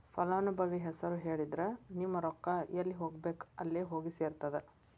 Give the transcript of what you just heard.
ಫಲಾನುಭವಿ ಹೆಸರು ಹೇಳಿದ್ರ ನಿಮ್ಮ ರೊಕ್ಕಾ ಎಲ್ಲಿ ಹೋಗಬೇಕ್ ಅಲ್ಲೆ ಹೋಗಿ ಸೆರ್ತದ